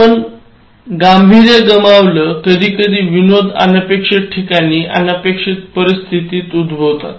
आपण गांभीर्य गमावाल कधीकधी विनोद अनपेक्षित ठिकाणी अनपेक्षित परिस्थितीत उद्भवतात